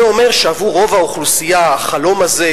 זה אומר שעבור רוב האוכלוסייה החלום הזה,